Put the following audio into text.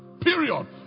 Period